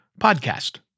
podcast